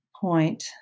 point